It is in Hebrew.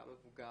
גם מבוגר,